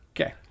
Okay